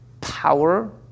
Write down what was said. power